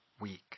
Week